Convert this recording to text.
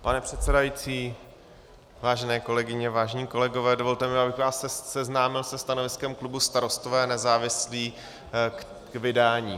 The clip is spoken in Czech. Pane předsedající, vážené kolegyně, vážení kolegové, dovolte mi, abych vás seznámil se stanoviskem klubu Starostové a nezávislí k vydání.